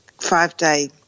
five-day